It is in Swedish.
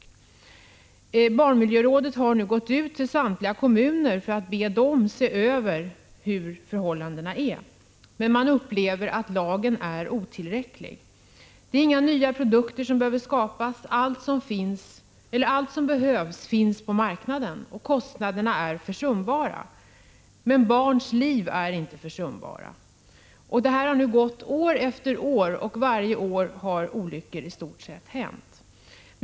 Nu har barnmiljörådet gått ut till alla kommuner och bett dem att se över förhållandena, eftersom man upplever att lagen är otillräcklig. Det är inga nya produkter som behöver skapas. Allt som behövs finns redan på marknaden. Kostnaderna är försumbara. Men barns liv är inte försumbara. Det har nu gått år efter år, och i stort sett varje år har olyckor hänt.